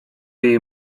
jej